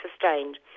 sustained